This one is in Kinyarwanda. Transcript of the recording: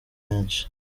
benshi